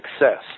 success